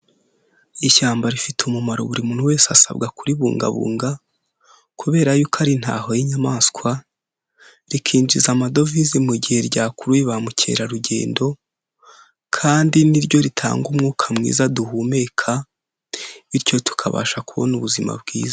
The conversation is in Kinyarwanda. Ishyamba rifite umumaro buri muntu wese asabwa kuribungabunga, kubera y'uko ari intaho y'inyamaswa, rikinjiza amadovize mu gihe ryakuruye ba mukerarugendo, kandi ni ryo ritanga umwuka mwiza duhumeka, bityo tukabasha kubona ubuzima bwiza.